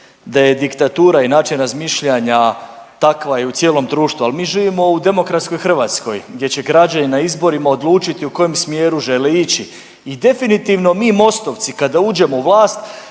da je diktatura i način razmišljanja takva i u cijelom društvu, ali mi živimo u demokratskoj Hrvatskoj gdje će građani na izborima odlučiti u kojem smjeru žele ići. I definitivno mi MOST-ovci kada uđemo u vlast